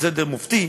"סדר מופתי",